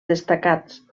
destacats